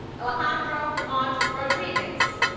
alejandro montt rodriguez,